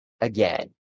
again